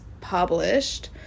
published